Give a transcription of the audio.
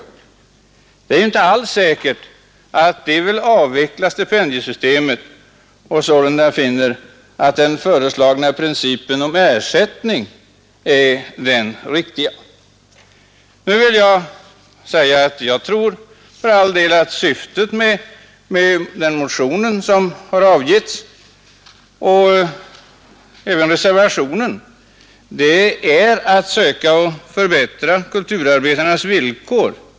Det är ju inte alls säkert att de vill att stipendiesystemet skall avvecklas och sålunda finner att den föreslagna principen om ersättning för arbetsprestation är den riktiga. Jag tror för all del att syftet med motionen 249 och även med reservationen 1 är att söka förbättra kulturarbetarnas villkor.